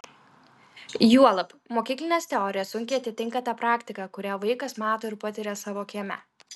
juolab mokyklinės teorijos sunkiai atitinka tą praktiką kurią vaikas mato ir patiria savo kieme